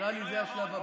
הצענו הצעה מצוינת.